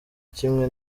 kimwe